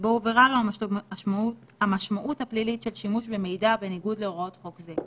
שבו הובהרה לו המשמעות הפלילית של שימוש במידע בניגוד להוראות חוק זה.